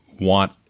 want